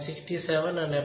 67 અને 0